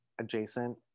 adjacent